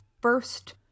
first